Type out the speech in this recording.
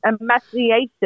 emaciation